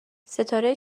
ستاره